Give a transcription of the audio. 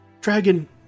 dragon